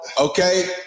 okay